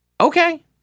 okay